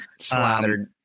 slathered